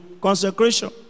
consecration